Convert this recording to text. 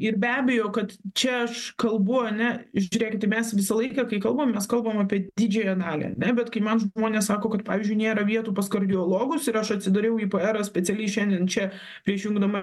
ir be abejo kad čia aš kalbu ane žiūrėkit tai mes visą laiką kai kalbam mes kalbam apie didžiąją dalį ane bet kai man žmonės sako kad pavyzdžiui nėra vietų pas kardiologus ir aš atsidariau iperą specialiai šiandien čia prieš jungdama